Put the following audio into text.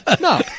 no